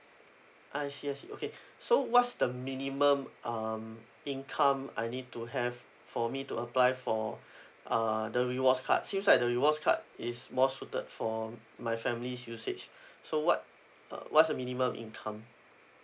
I see I see okay so what's the minimum um income I need to have for me to apply for uh the rewards cards seems like the rewards card is more suited for my family's usage so what uh what's the minimum of income